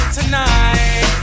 tonight